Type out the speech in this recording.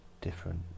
different